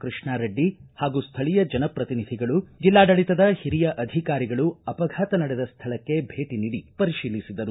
ಕೃಷ್ಣಾರೆಡ್ಡಿ ಹಾಗೂ ಸ್ವಳೀಯ ಜನಪ್ರತಿನಿಧಿಗಳು ಜಿಲ್ಲಾಡಳಿತದ ಹಿರಿಯ ಅಧಿಕಾರಿಗಳು ಅಪಘಾತ ನಡೆದ ಸ್ವಳಕ್ಕೆ ಭೇಟ ನೀಡಿ ಪರಿತೀಲಿಸಿದರು